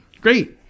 Great